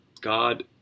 God